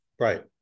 right